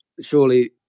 Surely